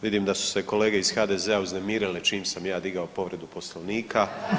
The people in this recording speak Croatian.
Vidim da su se kolege iz HDZ-a uznemirile čim sam ja podigao povredu Poslovnika.